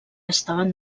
estaven